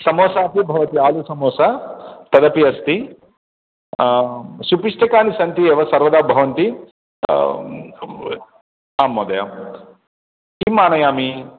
समोसा अपि भवति आलुसमोसा तदपि अस्ति सुपिष्टकानि सन्ति एव सर्वदा भवन्ति आम् महोदय किम् आनयामि